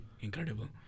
incredible